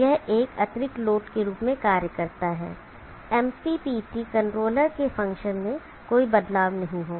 यह एक अतिरिक्त लोड के रूप में कार्य करता है MPPT कंट्रोलर के फंक्शन में कोई बदलाव नहीं होगा